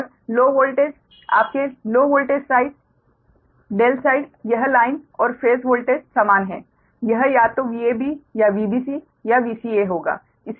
और low voltage आपके low voltage side ∆ side यह लाइन और फेज वोल्टेज समान है यह या तो VAB या VBC या VCA होगा